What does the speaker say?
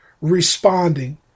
responding